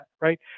right